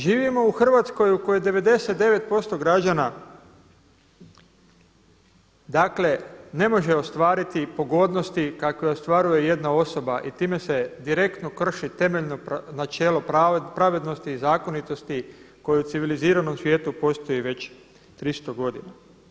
Živimo u Hrvatskoj u kojoj 99% građana, dakle ne može ostvariti pogodnosti kakve ostvaruje jedna osoba i time se direktno krši temeljno načelo pravednosti i zakonitosti koja u civiliziranom svijetu postoji već 300 godina.